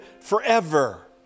forever